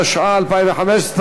התשע"ה 2015,